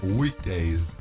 weekdays